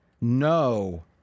No